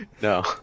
No